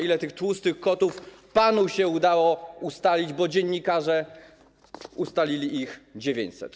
Ile tłustych kotów panu się udało ustalić, bo dziennikarze ustalili ich 900?